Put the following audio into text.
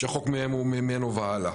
שהחוק הוא ממנו והלאה.